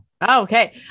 Okay